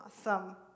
Awesome